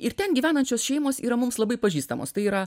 ir ten gyvenančios šeimos yra mums labai pažįstamos tai yra